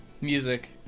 music